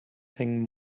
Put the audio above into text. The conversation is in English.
thing